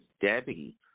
Debbie